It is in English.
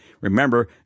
Remember